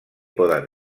poden